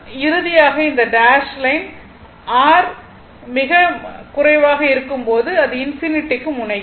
இறுதியாக இந்த dash line R மிகக் குறைவாக இருக்கும் போது அது இன்பினிட்டிக்கு முனைகிறது